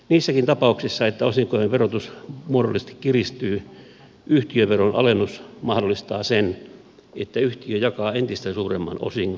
niissäkin tapauksissa että osinkojen verotus muodollisesti kiristyy yhtiöveron alennus mahdollistaa sen että yhtiö jakaa entistä suuremman osingon